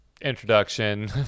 introduction